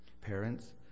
Parents